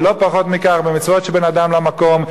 ולא פחות מכך במצוות שבין אדם למקום,